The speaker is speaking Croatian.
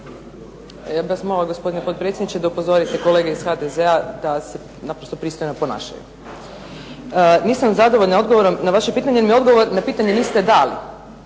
Ja bih vas molila gospodine potpredsjedniče da upozorite kolege iz HDZ-a da se naprosto pristojno ponašaju. Nisam zadovoljna odgovorom na vaše pitanje jer mi odgovor na pitanje niste dali,